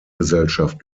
gesellschaft